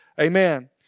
Amen